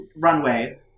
runway